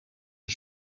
een